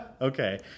Okay